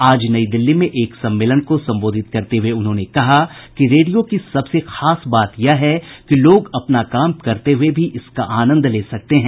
आज नई दिल्ली में एक सम्मेलन को संबोधित करते हुए उन्होंने कहा कि रेडियो की सबसे खास बात यह है कि लोग अपना काम करते हुए भी इसका आनंद ले सकते हैं